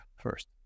first